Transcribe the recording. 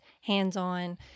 hands-on